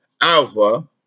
Alpha